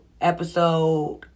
episode